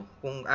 kung